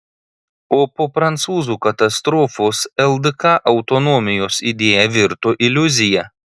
o po prancūzų katastrofos ldk autonomijos idėja virto iliuzija